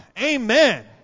Amen